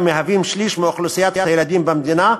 שהם שליש מאוכלוסיית הילדים במדינה,